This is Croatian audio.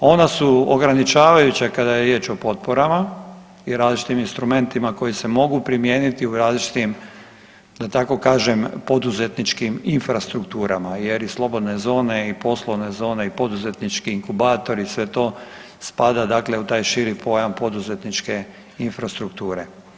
Ona su ograničavajuća kada je riječ o potporama i različitim instrumentima koji se mogu primijeniti u različitim da tako kažem poduzetničkim infrastrukturama jer i slobodne zone i poslovne zone i poduzetnički inkubatori i sve to spada u taj širim pojam poduzetničke infrastrukture.